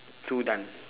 two done